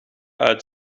uit